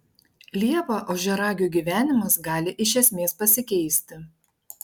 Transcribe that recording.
liepą ožiaragių gyvenimas gali iš esmės pasikeisti